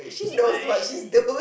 she might